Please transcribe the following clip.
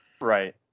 Right